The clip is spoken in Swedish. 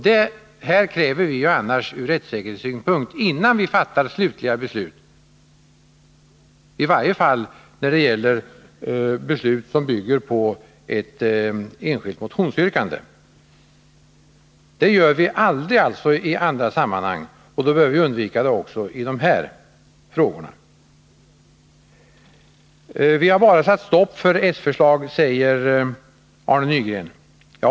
Det kräver vi ju annars ur rättssäkerhetssynpunkt, innan vi fattar slutliga beslut — i varje fall när det gäller beslut som bygger på ett enskilt motionsyrkande. Det gör vi alltså aldrig i andra sammanhang, och då bör vi också undvika att göra det i dessa frågor. Vi har bara satt stopp för s-förslag, säger Arne Nygren.